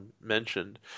mentioned